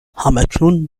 هماکنون